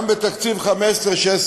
גם בתקציב 15'-16'